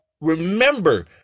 remember